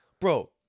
Bro